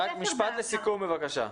משפט לסיכום, בבקשה.